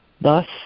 Thus